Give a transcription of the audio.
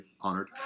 honored